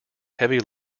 heavy